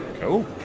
Cool